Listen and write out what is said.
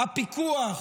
הפיקוח